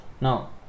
Now